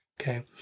Okay